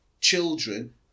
children